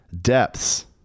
depths